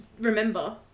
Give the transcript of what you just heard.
Remember